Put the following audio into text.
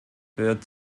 wird